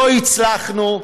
לא הצלחנו.